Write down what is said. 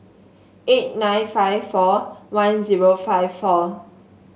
eight nine five four one zero five four